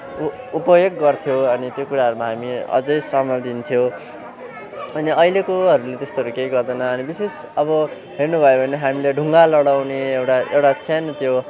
उ उपयोग गर्थ्यौँ अनि त्यो कुराहरूमा हामी अझै समलिन्थ्यौँ अनि अहिलेकोहरूले त्यस्तोहरू केही गर्दैन अनि विशेष अब हेर्नुभयो भने हामीले ढुङ्गा लडाउने एउटा एउटा सानो त्यो